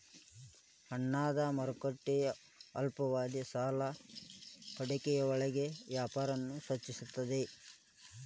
ಹಣದ ಮಾರುಕಟ್ಟೆ ಅಲ್ಪಾವಧಿ ಸಾಲ ಹೂಡಿಕೆಯೊಳಗ ವ್ಯಾಪಾರನ ಸೂಚಿಸ್ತದ